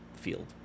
field